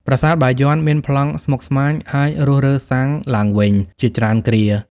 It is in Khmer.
ប្រាសាទបាយ័ន មានប្លង់ស្មុគស្មាញ ហើយរុះរើសាងឡើងវិញ ជាច្រើនគ្រា។